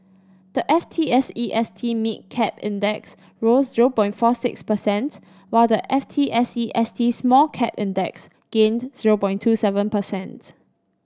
the F T S E S T Mid Cap Index rose zero point four six percents while the F T S E S T Small Cap Index gained zero point two seven percents